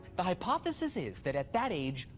the hypothesis is that at that age,